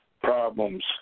problems